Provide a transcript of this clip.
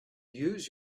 use